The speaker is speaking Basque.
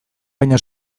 baino